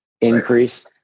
increase